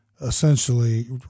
essentially